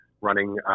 running